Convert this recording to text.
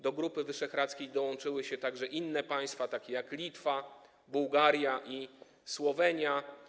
Do Grupy Wyszehradzkiej dołączyły także inne państwa, takie jak Litwa, Bułgaria i Słowenia.